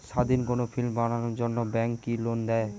স্বাধীন কোনো ফিল্ম বানানোর জন্য ব্যাঙ্ক কি লোন দেয়?